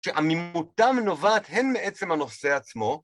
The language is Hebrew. שעמימותם נובעת הן בעצם הנושא עצמו